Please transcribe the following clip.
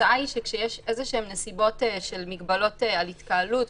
התוצאה היא שכשיש איזשהן נסיבות של מגבלות על התקהלות,